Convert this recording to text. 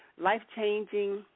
life-changing